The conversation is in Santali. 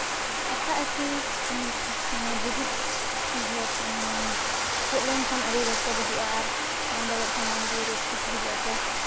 ᱟᱸᱠᱷᱟ ᱟᱠᱷᱤ ᱢᱟᱱᱮ ᱵᱚᱦᱩᱫ ᱪᱮᱫ ᱞᱮᱱᱠᱷᱟᱱ ᱟᱹᱰᱤ ᱨᱟᱹᱥᱠᱟᱹ ᱵᱩᱡᱷᱟᱹᱜᱼᱟ ᱟᱨ ᱵᱟᱝ ᱫᱟᱲᱮᱭᱟᱜ ᱠᱷᱟᱱ ᱢᱚᱱᱮ ᱡᱤᱣᱤ ᱴᱷᱟᱹᱥ ᱵᱩᱡᱷᱟᱹᱜ ᱟᱛᱚ